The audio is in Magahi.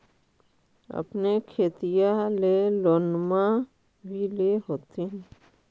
अपने खेतिया ले लोनमा भी ले होत्थिन?